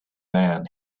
land